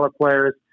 players